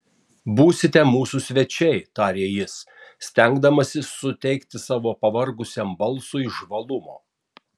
būsite mūsų svečiai tarė jis stengdamasis suteikti savo pavargusiam balsui žvalumo